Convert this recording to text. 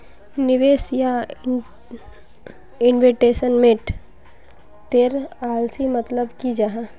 निवेश या इन्वेस्टमेंट तेर असली मतलब की जाहा?